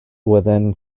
within